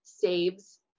saves